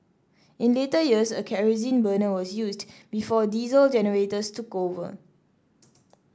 in later years a kerosene burner was used before diesel generators took over